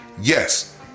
Yes